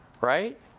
right